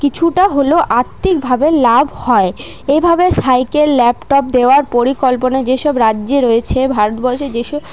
কিছুটা হলেও আর্থিকভাবে লাভ হয় এভাবে সাইকেল ল্যাপটপ দেওয়ার পরিকল্পনা যেসব রাজ্যে রয়েছে ভারতবর্ষে যেসব